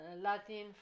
Latin